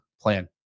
plan